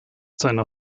seiner